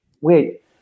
wait